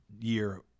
year